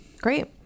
great